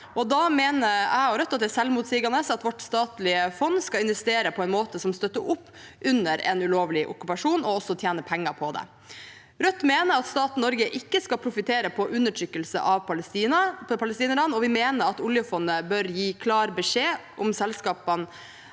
da mener jeg og Rødt at det er selvmotsigende at vårt statlige fond skal investere på en måte som støtter opp under en ulovlig okkupasjon og også tjener penger på det. Rødt mener at staten Norge ikke skal profittere på undertrykkelse av palestinerne, og vi mener at oljefondet bør gi klar beskjed om at